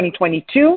2022